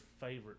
favorite